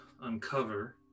uncover